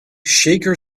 shaker